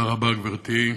תודה רבה, גברתי,